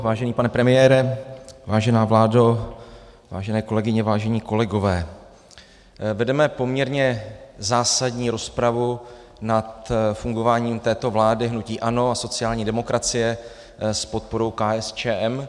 Vážený pane premiére, vážená vládo, vážené kolegyně, vážení kolegové, vedeme poměrně zásadní rozpravu nad fungováním této vlády hnutí ANO a sociální demokracie s podporou KSČM.